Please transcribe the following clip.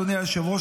אדוני היושב-ראש,